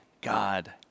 God